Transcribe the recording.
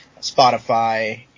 Spotify